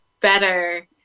better